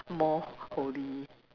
more holy